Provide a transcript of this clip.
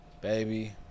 Baby